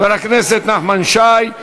חבר הכנסת נחמן שי,